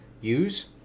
use